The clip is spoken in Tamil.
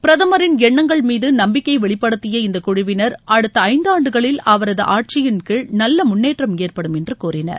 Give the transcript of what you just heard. பிரதமரின் எண்ணங்கள் மீது நம்பிக்கையை வெளிப்படுத்திய இந்தக் குழுவினர் அடுத்த ஐந்தாண்டுகளில் அவரது ஆட்சியின் கீழ நல்ல முன்னேற்றம் ஏற்படும் என்று கூறினர்